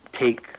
take